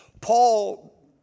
Paul